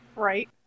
right